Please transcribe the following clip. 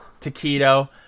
Taquito